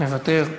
מוותר,